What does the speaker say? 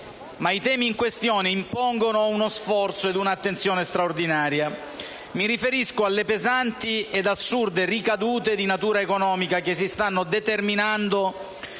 ma i temi in questione impongono uno sforzo ed un'attenzione straordinaria. Mi riferisco alle pesanti e assurde ricadute di natura economica che si stanno determinando